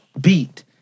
beat